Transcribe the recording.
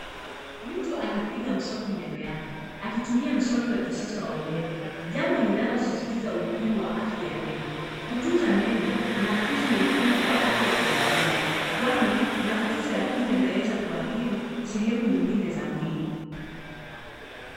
Mtu anapiga mswaki meno yake akitumia mswaki wa kisasa wa umeme, jambo linalosisitiza umuhimu wa afya ya meno. Kutunza meno na fizi ni muhimu kwa afya kwa ujumla, kwani matatizo ya kinywa yanaweza kuathiri sehemu nyingine za mwili.